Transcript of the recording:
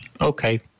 Okay